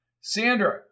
Sandra